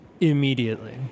immediately